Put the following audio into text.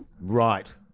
Right